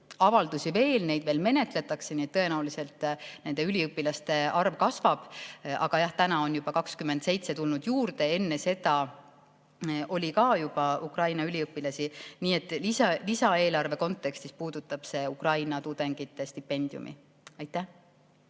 avaldusi, neid menetletakse. Nii et tõenäoliselt nende üliõpilaste arv kasvab. Aga jah, 27 on juba juurde tulnud, enne sõda oli ka siin Ukraina üliõpilasi. Nii et lisaeelarve kontekstis puudutab see Ukraina tudengite stipendiumi. Aitäh!